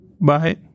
Bye